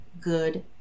good